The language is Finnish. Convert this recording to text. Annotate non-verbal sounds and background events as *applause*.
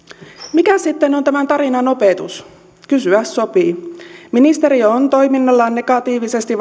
mikä sitten on tämän tarinan opetus kysyä sopii ministeriö on toiminnallaan negatiivisesti *unintelligible*